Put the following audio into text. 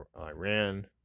iran